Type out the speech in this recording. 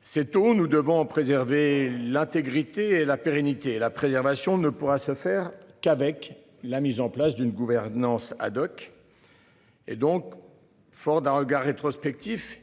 Cette eau nous devons préserver l'intégrité et la pérennité et la préservation ne pourra se faire qu'avec la mise en place d'une gouvernance. Bonsoir. Et donc. Fort d'un regard rétrospectif.